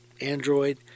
Android